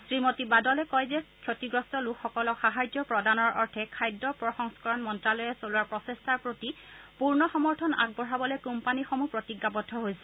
শ্ৰীমতী বাদলে কয় যে ক্ষতিগ্ৰস্ত লোকসকলক সাহায্য প্ৰদানৰ অৰ্থে খাদ্য প্ৰসংস্থৰণ মন্ত্ৰালয়ে চলোৱা প্ৰচেষ্টাৰ প্ৰতি পূৰ্ণ সমৰ্থন আগবঢ়াবলৈ কোম্পানীসমূহ প্ৰতিজ্ঞাবদ্ধ হৈছে